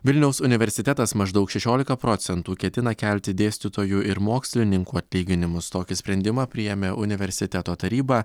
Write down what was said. vilniaus universitetas maždaug šešiolika procentų ketina kelti dėstytojų ir mokslininkų atlyginimus tokį sprendimą priėmė universiteto taryba